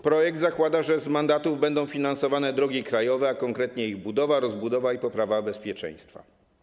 Projekt zakłada, że z mandatów będą finansowane drogi krajowe, a konkretnie ich budowa, rozbudowa i poprawa bezpieczeństwa.